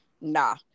nah